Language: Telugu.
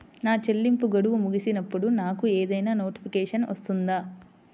నా చెల్లింపు గడువు ముగిసినప్పుడు నాకు ఏదైనా నోటిఫికేషన్ వస్తుందా?